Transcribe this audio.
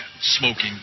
smoking